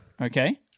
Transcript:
Okay